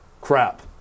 crap